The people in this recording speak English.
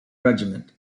regiment